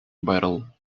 barrel